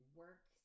work